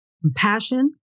compassion